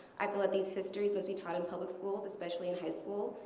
i believe these histories must be taught in public schools, especially in high school,